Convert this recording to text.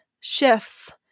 shifts